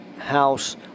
house